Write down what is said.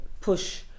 push